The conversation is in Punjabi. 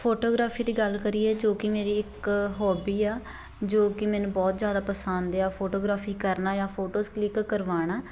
ਫੋਟੋਗ੍ਰਾਫੀ ਦੀ ਗੱਲ ਕਰੀਏ ਜੋ ਕਿ ਮੇਰੀ ਇੱਕ ਹੋਬੀ ਆ ਜੋ ਕਿ ਮੈਨੂੰ ਬਹੁਤ ਜ਼ਿਆਦਾ ਪਸੰਦ ਆ ਫੋਟੋਗ੍ਰਾਫੀ ਕਰਨਾ ਜਾਂ ਫੋਟੋਜ਼ ਕਲਿੱਕ ਕਰਵਾਉਣਾ